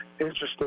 interesting